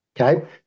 okay